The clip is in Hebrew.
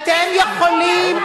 אתם יכולים,